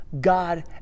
God